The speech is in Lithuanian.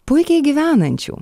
puikiai gyvenančių